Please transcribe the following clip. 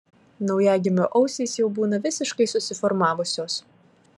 naujagimio ausys jau būna visiškai susiformavusios